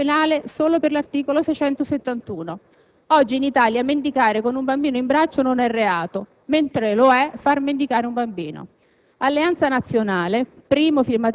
l'impiego dei minori ha rilievo penale solo per l'articolo 671: oggi in Italia mendicare con un bambino in braccio non è reato, mentre lo è far mendicare un bambino.